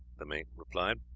the mate replied.